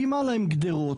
מקימה להם גדרות,